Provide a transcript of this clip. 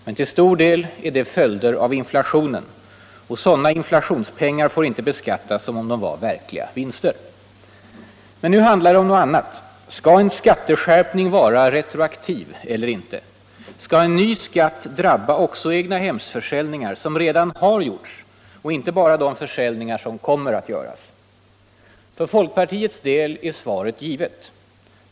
Men till stor del är det följder av inflationen. Sådana inflationspengar får inte beskattas som om de vore verkliga vinster. Men nu handlar det om något annat: Skall en skatteskärpning vara retroaktiv eller inte? Skall en ny skatt drabba också egnahemsförsäljningar som redan har gjorts och inte bara de försäljningar som kommer att göras? För folkpartiets del är svaret givet.